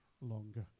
longer